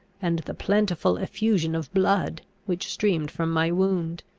and the plentiful effusion of blood, which streamed from my wound.